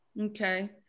Okay